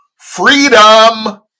freedom